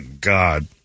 God